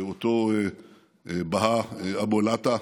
אותו בהאא אבו אל-עטא,